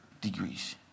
degrees